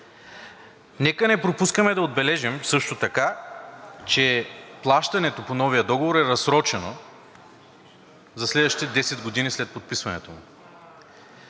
Нека не пропускаме да отбележим също така, че плащането по новия договор е разсрочено за следващите 10 години след подписването.